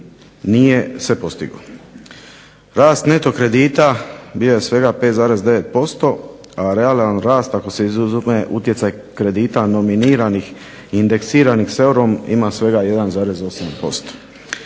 nije se postigao. Rast neto kredita bio je svega 5,9%, a realan rast ako se izuzme utjecaj kredita nominiranih i indeksiranih s eurom ima svega 1,8%.